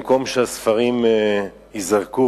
במקום שהספרים ייזרקו,